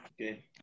okay